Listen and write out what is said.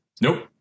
Nope